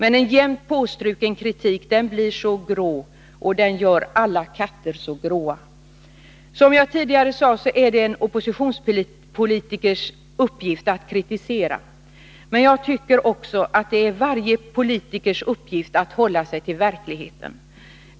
En jämnt påstruken kritik gör alla katter så grå. Som jag tidigare sade är det en oppositionspolitikers uppgift att kritisera. Men det är också varje politikers uppgift att hålla sig till verkligheten.